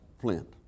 flint